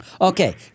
Okay